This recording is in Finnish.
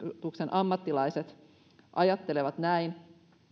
ammattilaiset ajattelevat näin